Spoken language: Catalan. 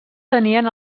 tenien